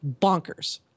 bonkers